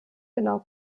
genau